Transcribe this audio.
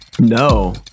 No